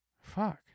Fuck